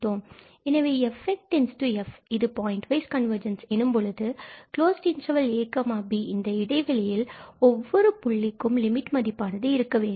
எனவே fn → f இது point wise convergence எனும்பொழுது ab இந்த இடைவெளியில் ஒவ்வொரு புள்ளிக்கும் லிமிட் மதிப்பானது இருக்க வேண்டும்